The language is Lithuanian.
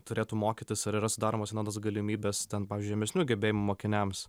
turėtų mokytis ar yra sudaromos vienodos galimybės ten pavyzdžiui žemesnių gebėjimų mokiniams